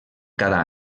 cada